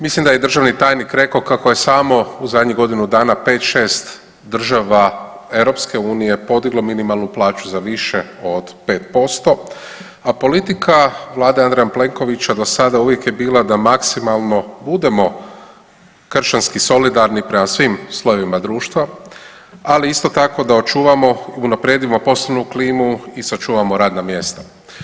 Mislim da je i državni tajnik rekao kako je samo u zadnjih godinu dana pet, šest država EU podiglo minimalnu plaću za više od 5%, a politika Andreja Plenkovića do sada uvijek je bila da maksimalno budemo kršćanski solidarni prema svim slojevima društva, ali isto tako da očuvamo i unaprijedimo poslovnu klimu i sačuvamo radna mjesta.